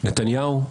נתניהו?